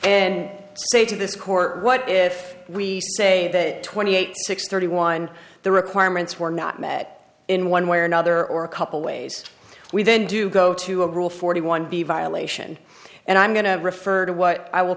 and say to this court what if we say that twenty eight six thirty one the requirements were not met in one way or another or a couple ways we then do go to a rule forty one b violation and i'm going to refer to what i will